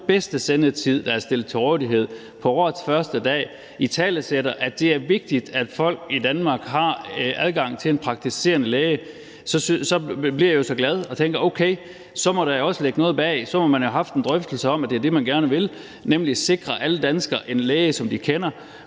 bedste sendetid, der er stillet til rådighed, på årets første dag italesætter, at det er vigtigt, at folk i Danmark har adgang til en praktiserende læge, så bliver jeg jo så glad og tænker: Okay, så må der også ligge noget bag. Så må man have haft en drøftelse om, at det er det, man gerne vil, nemlig sikre alle danskere en læge, som de kender.